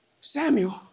Samuel